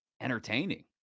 entertaining